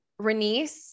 Renice